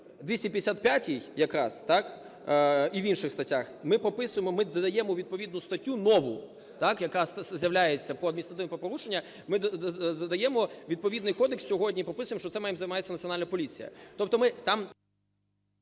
255 якраз, так, і в інших статях ми прописуємо, ми додаємо відповідну статтю, нову, якраз з'являється про адміністративні правопорушення, ми додаємо відповідний кодекс сьогодні, прописуємо, що цим займається Національна поліція.